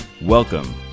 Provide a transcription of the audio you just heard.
Welcome